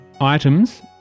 items